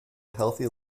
healthy